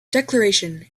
declaration